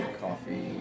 coffee